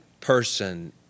person